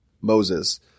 Moses